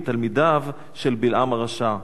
מתלמידיו של בלעם הרשע.